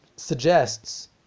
Suggests